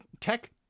tech